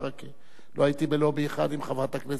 לא הייתי בלובי אחד עם חברת הכנסת זהבה גלאון.